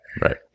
Right